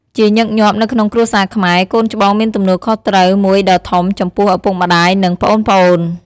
ជាញឹកញាប់ នៅក្នុងគ្រួសារខ្មែរ កូនច្បងមានទំនួលខុសត្រូវមួយដ៏ធំចំពោះឪពុកម្ដាយ និងប្អូនៗ។